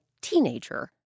teenager